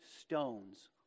stones